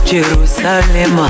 Jerusalem